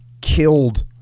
killed